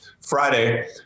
Friday